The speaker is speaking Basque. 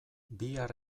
bihar